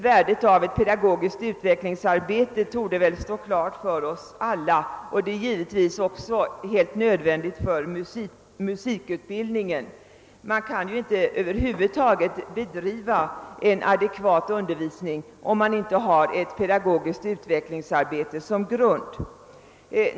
Värdet av ett pedagogiskt utvecklingsarbete torde stå klart för oss alla, och det är givetvis också helt nödvändigt för musikutbildningen. Man kan över huvud taget inte bedriva en adekvat undervisning om man inte har ett pedagogiskt utvecklingsarbete som grund.